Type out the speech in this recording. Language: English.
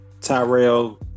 Tyrell